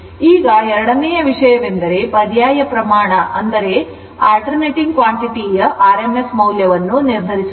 ಈಗ ಎರಡನೆಯ ವಿಷಯವೆಂದರೆ ಪರ್ಯಾಯ ಪ್ರಮಾಣದ rms ಮೌಲ್ಯವನ್ನು ನಿರ್ಧರಿಸುವುದು